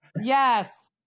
yes